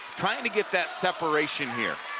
trying to get that separation here.